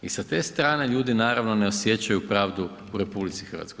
I sa te strane ljudi naravno ne osjećaju pravdu u RH.